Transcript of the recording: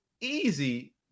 easy